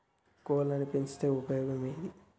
కోళ్లని పెంచితే ఉపయోగం ఏంది?